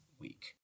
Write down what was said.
week